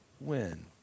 win